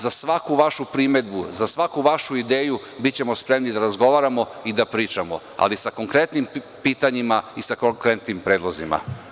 Za svaku vašu primedbu, za svaku vašu ideju bićemo spremni da razgovaramo i da pričamo, ali sa konkretnim pitanjima i sa konkretnim predlozima.